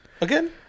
again